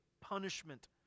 punishment